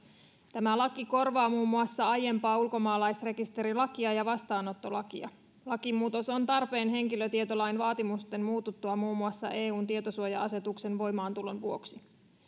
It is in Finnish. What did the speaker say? tämä laki korvaa muun muassa aiempaa ulkomaalaisrekisterilakia ja vastaanottolakia lakimuutos on tarpeen henkilötietolain vaatimusten muututtua muun muassa eun tietosuoja asetuksen voimaantulon vuoksi